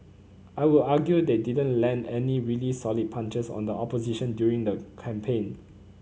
I would argue they didn't land any really solid punches on the opposition during the campaign